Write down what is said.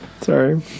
sorry